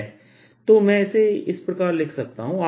है तो मैं इसे इस प्रकार लिख सकता हूं